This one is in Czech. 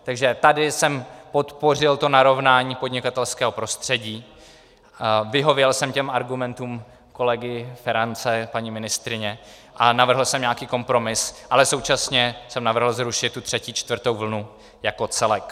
Takže tady jsem podpořil to narovnání podnikatelského prostředí, vyhověl jsem těm argumentům kolegy Ferance, paní ministryně a navrhl jsem nějaký kompromis, ale současně jsem navrhl zrušit tu třetí, čtvrtou vlnu jako celek.